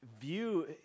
View